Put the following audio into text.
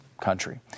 country